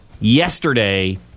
yesterday